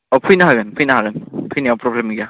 अ फैनो हागोन फैनो हागोन फैनायाव प्रब्लेम गैया